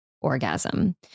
orgasm